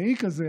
המעיק הזה,